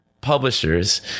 publishers